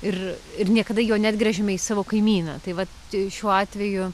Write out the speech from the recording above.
ir ir niekada jo neatgręžiame savo kaimyną tai vat tai šiuo atveju